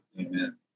Amen